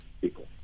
people